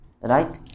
right